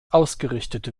ausgerichtet